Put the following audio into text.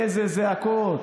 איזה זעקות: